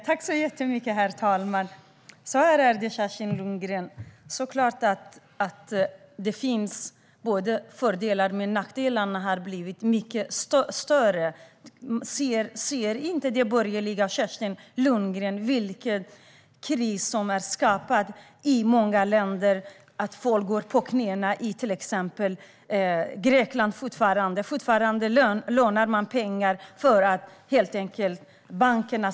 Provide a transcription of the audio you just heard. Herr talman! Så här är det, Kerstin Lundgren: Det är klart att det finns både fördelar och nackdelar, men nackdelarna har blivit mycket större. Ser inte de borgerliga, Kerstin Lundgren, vilken kris som har skapats i många länder? Folk går fortfarande på knäna i till exempel Grekland. Fortfarande lånar man pengar för att helt enkelt rädda bankerna.